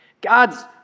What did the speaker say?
God's